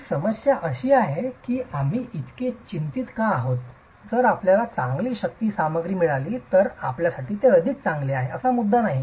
आणि समस्या अशी आहे की आम्ही इतके चिंतित का आहोत जर आपल्याला चांगली शक्ती सामग्री मिळाली तर आपल्यासाठी ते अधिक चांगले आहे असा मुद्दा नाही